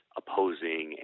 opposing